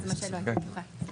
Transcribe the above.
3